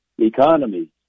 economy